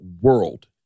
world